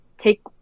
take